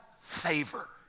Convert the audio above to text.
favor